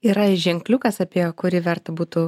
yra ženkliukas apie kurį verta būtų